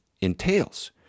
entails